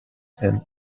and